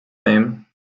fame